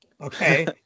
Okay